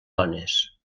dones